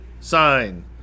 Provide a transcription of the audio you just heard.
sign